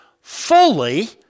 fully